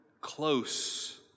close